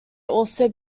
also